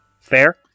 Fair